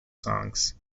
songs